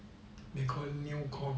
they call it new con